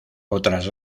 otras